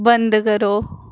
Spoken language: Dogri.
बंद करो